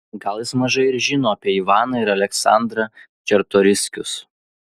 gal jis mažai ir žino apie ivaną ir aleksandrą čartoriskius